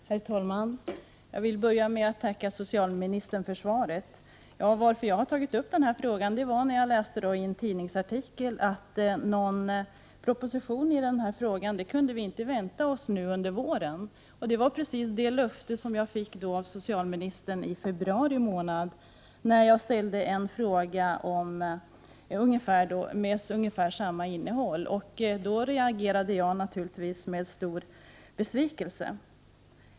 Herr talman! Jag vill börja med att tacka socialministern för svaret. Anledningen till att jag har tagit upp denna fråga är att jag läste i en tidningsartikel att vi inte kunde vänta oss någon proposition i detta ärende nu under våren. Det var ändå det löfte jag fick av socialministern i februari 25 månad, när jag ställde en fråga med ungefär samma innehåll. Därför reagerade jag naturligtvis med stor besvikelse.